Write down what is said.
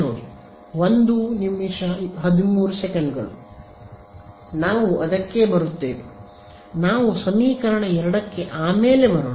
ನಾವು ಸಮೀಕರಣ 2 ಕ್ಕೆ ಆಮೇಲೆ ಬರೋಣ